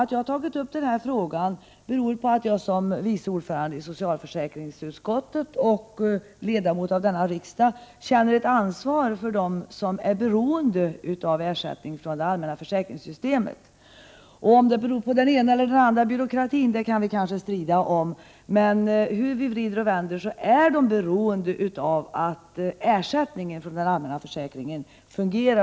Att jag tagit upp denna fråga beror på att jag som vice ordförande i socialförsäkringsutskottet och ledamot av riksdagen känner ett ansvar för dem som är beroende av ersättning från det allmänna försäkringssystemet. Prot. 1988/89:122 Om dröjsmålen beror på den ena eller den andra byråkratin kan vi kanske 26 maj 1989 strida om, men hur vi än vrider och vänder på saken är de privatpraktiserande tandteknikerna beroende av att ersättningen från den allmänna försäkringen fungerar.